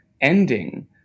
ending